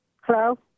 Hello